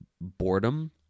boredom